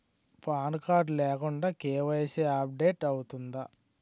Pan card లేకుండా KYC update అవుతుందా?